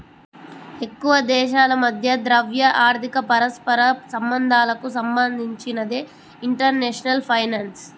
ఎక్కువదేశాల మధ్య ద్రవ్య, ఆర్థిక పరస్పర సంబంధాలకు సంబంధించినదే ఇంటర్నేషనల్ ఫైనాన్స్